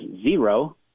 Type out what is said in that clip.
zero